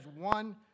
one